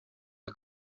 you